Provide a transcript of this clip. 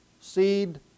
Seed